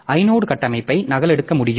inode கட்டமைப்பை நகலெடுக்க முடியும்